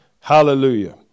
Hallelujah